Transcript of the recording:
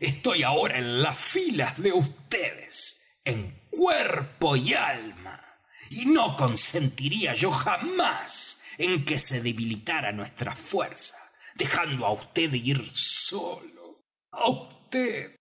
estoy ahora en las filas de vds en cuerpo y alma y no consentiría yo jamás en que se debilitara nuestra fuerza dejando á vd ir solo á